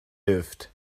lived